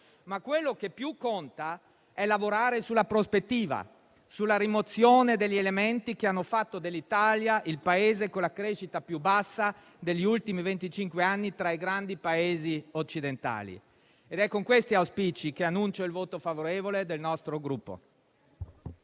ma quello che più conta è lavorare sulla prospettiva, sulla rimozione degli elementi che hanno fatto dell'Italia il Paese con la crescita più bassa degli ultimi venticinque anni tra i grandi Paesi occidentali. È con questi auspici che annuncio il voto favorevole del nostro Gruppo.